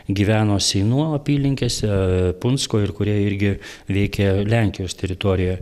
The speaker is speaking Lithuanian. gyveno seinų apylinkėse punsko ir kurie irgi veikė lenkijos teritorijoj